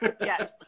Yes